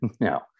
No